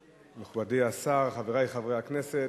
תודה רבה לך, מכובדי השר, חברי חברי הכנסת,